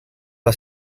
has